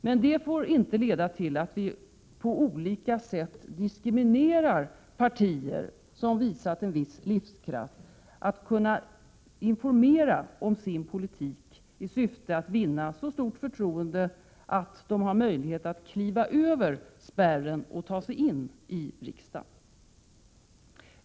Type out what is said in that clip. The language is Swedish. Men det får inte leda till att vi på olika sätt diskriminerar partier som visat en viss livskraft från att informera om sin politik i syfte att vinna så stort förtroende att de har möjlighet att kliva över spärren och ta sig in i riksdagen.